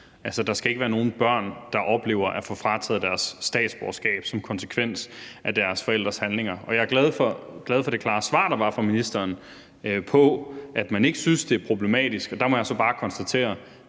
der skal ikke være nogen børn, der oplever at få frataget deres statsborgerskab som konsekvens af deres forældres handlinger. Jeg er glad for det klare svar, der var fra ministeren, på, at man ikke synes, at det er problematisk. Jeg må så bare konstatere,